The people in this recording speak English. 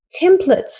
templates